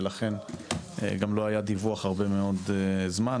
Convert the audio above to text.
ולכן גם לא היה דיווח הרבה מאוד זמן.